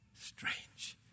Strange